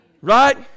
Right